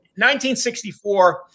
1964